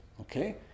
Okay